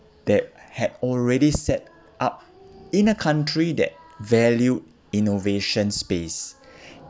that had already set up in a country that valued innovation space